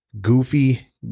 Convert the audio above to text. goofy